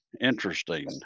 interesting